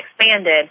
expanded